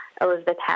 Elizabeth